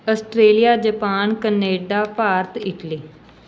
Australia Japan Canada Bharat Italy